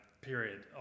period